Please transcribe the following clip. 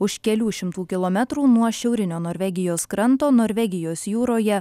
už kelių šimtų kilometrų nuo šiaurinio norvegijos kranto norvegijos jūroje